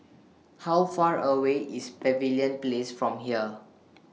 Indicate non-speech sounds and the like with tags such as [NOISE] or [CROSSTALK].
[NOISE] How Far away IS Pavilion Place from here